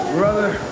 brother